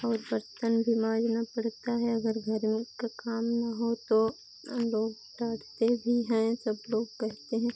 और बर्तन भी मांजना पड़ता है अगर घर का काम ना हो तो लोग डाँटते भी हैं सब लोग कहते हैं